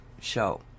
show